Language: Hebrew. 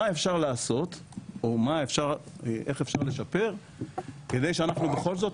איך אפשר לשפר כדי שבכל זאת